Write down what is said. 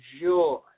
joy